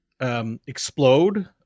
Explode